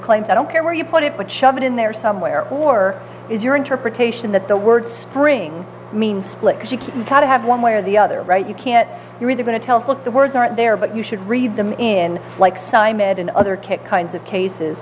claimed i don't care where you put it but shove it in there somewhere or is your interpretation that the word spring means split she can't have one way or the other right you can't you're either going to tell what the words are there but you should read them in like simon and other kit kinds of cases